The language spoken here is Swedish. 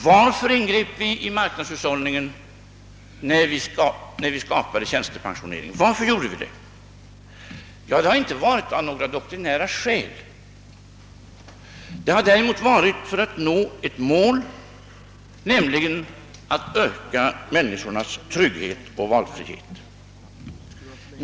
Varför ingrep vi i marknadshushållningen när vi skapade tjänstepensioneringen? Ja, vi gjorde det inte av doktrinära skäl utan därför att vi ville nå ett mål: att öka medborgarnas trygghet och valfrihet.